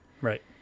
Right